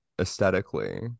aesthetically